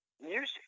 music